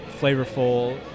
flavorful